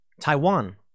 Taiwan